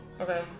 Okay